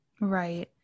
Right